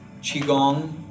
Qigong